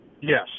Yes